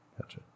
Gotcha